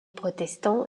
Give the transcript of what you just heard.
protestant